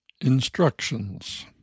Instructions